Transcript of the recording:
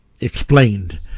explained